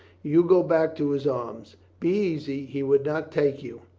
you'd go back to his arms? be easy. he would not take you!